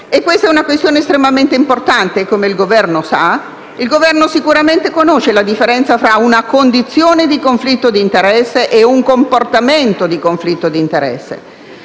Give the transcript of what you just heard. valutatori. È una questione estremamente importante, come il Governo sa. Il Governo sicuramente conosce la differenza tra una condizione di conflitto di interesse e un comportamento di conflitto d'interesse.